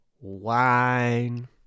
wine